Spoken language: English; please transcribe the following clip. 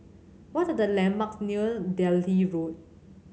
what are the landmarks near Delhi Road